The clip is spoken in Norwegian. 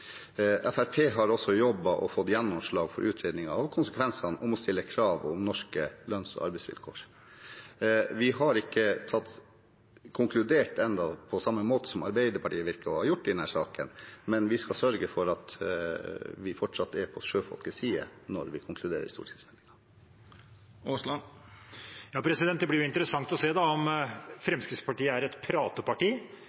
Fremskrittspartiet har også jobbet og fått gjennomslag for en utredning av konsekvensene av å stille krav om norske lønns- og arbeidsvilkår. Vi har ikke konkludert ennå, på samme måte som Arbeiderpartiet virker å ha gjort i denne saken, men vi skal sørge for at vi fortsatt er på sjøfolkenes side når vi konkluderer i stortingsmeldingen. Det blir jo interessant å se om